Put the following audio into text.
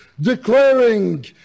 declaring